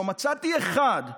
לא מצאתי אחד,